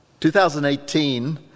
2018